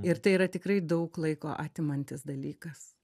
ir tai yra tikrai daug laiko atimantis dalykas